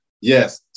yes